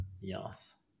yes